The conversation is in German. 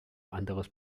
anderes